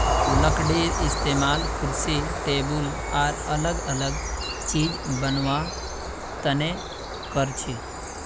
लकडीर इस्तेमाल कुर्सी टेबुल आर अलग अलग चिज बनावा तने करछी